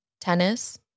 tennis